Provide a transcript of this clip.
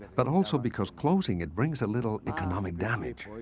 but also because closing it brings a little economic damage.